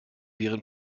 wären